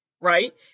Right